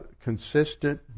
consistent